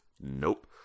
nope